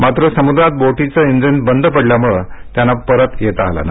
मात्र समुद्रात बोटीच्या इंजिन बंद पडल्यामुळे त्यांना परत येता आलं नाही